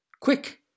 Quick